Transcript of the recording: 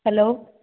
hello